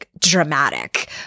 dramatic